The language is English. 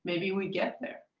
maybe we get there.